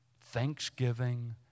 thanksgiving